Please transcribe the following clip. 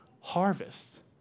harvest